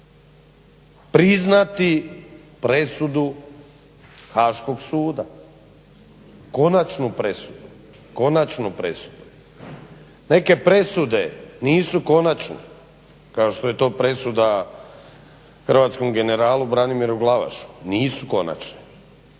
priznati presudu Haškog suda, konačnu presudu. Neke presude nisu konačne kao što je to presuda hrvatskom generalu Branimiru Glavašu nisu konačne.